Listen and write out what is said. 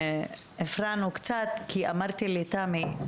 שהפרענו קצת כי אמרתי לתמי,